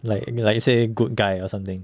like I mean like say good guy or something